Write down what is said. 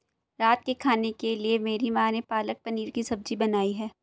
रात के खाने के लिए मेरी मां ने पालक पनीर की सब्जी बनाई है